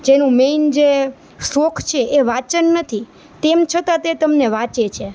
જેનું મેઈન જે શોખ છે એ વાંચન નથી તેમ છતાં તે તમને વાંચે છે